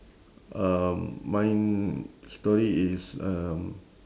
um mine story is um